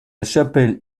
chapelle